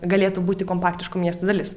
galėtų būti kompaktiško miesto dalis